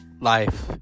life